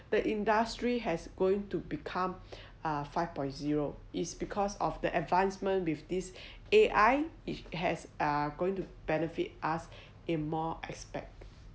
the industry is going to become a five point zero is because of the advancements with this A_I it has uh going to benefit us in more aspect